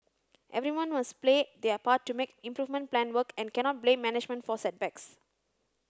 everyone must play their part to make improvement plan work and cannot blame management for setbacks